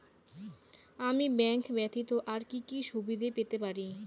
আমি ব্যাংক ব্যথিত আর কি কি সুবিধে পেতে পারি?